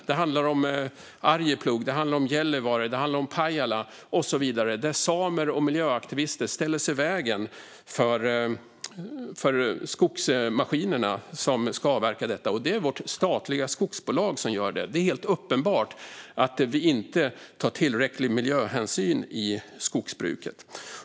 Det handlar om Arjeplog, Gällivare, Pajala och så vidare, där samer och miljöaktivister ställer sig i vägen för skogsmaskinerna som ska avverka. Det är vårt statliga skogsbolag som gör detta. Det är helt uppenbart att vi inte tar tillräcklig miljöhänsyn i skogsbruket.